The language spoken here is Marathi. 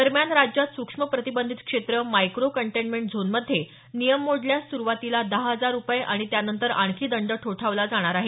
दरम्यान राज्यात सूक्ष्म प्रतिबंधित क्षेत्र मायक्रो कंटेन्टमेंट झोनमध्ये नियम मोडल्यास सुरवातीला दहा हजार रुपये आणि त्यानंतर आणखी दंड ठोठावला जाणार आहे